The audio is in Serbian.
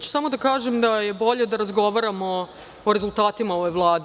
Hoću samo da kažem da je bolje da razgovaramo o rezultatima ove Vlade.